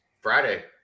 Friday